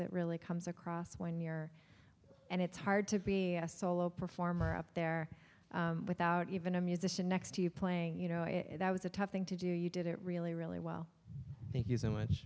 it really comes across when you're and it's hard to be a solo performer up there without even a musician next to you playing you know if that was a tough thing to do you did it really really well thank you so much